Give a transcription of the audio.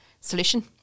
solution